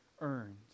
earned